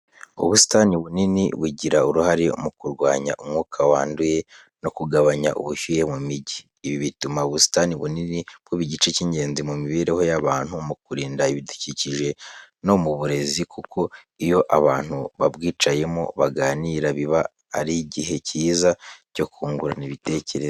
Ubusitani bunini bugira uruhare mu kurwanya umwuka wanduye no kugabanya ubushyuhe mu mijyi. Ibi bituma ubusitani bunini buba igice cy'ingenzi mu mibereho y'abantu, mu kurinda ibidukikije no mu burezi kuko iyo abantu babwicayemo baganira, biba ari igihe cyiza cyo kungurana ibitekerezo.